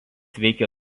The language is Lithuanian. veikė